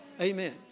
Amen